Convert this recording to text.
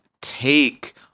take